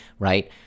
Right